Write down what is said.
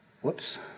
Whoops